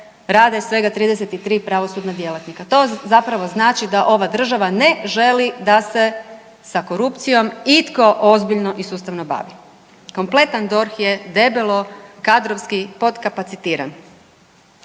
rade svega 33 pravosudna djelatnika. To zapravo znači da ova država ne želi da se sa korupcijom itko ozbiljno i sustavno bavi. Kompletan DORH je debelo kadrovski podkapacitiran.